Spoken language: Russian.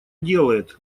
делает